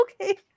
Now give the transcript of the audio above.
okay